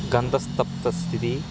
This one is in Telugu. గాథా సప్తశతి